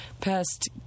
past